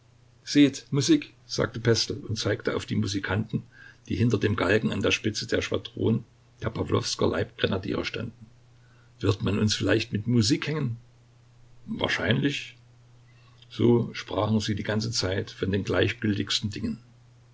seht musik sagte pestel und zeigte auf die musikanten die hinter dem galgen an der spitze der schwadron der pawlowsker leibgrenadiere standen wird man uns vielleicht mit musik hängen wahrscheinlich so sprachen sie die ganze zeit von den gleichgültigsten dingen